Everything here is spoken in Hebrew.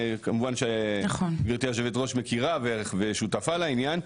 כמובן שגברתי היו"ר מכירה ושותפה לעניין,